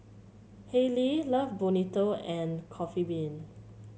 Haylee Love Bonito and Coffee Bean